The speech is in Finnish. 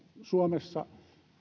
suomessa